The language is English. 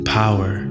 power